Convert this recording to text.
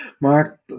Mark